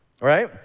right